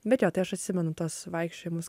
bet jo tai aš atsimenu tuos vaikščiojimus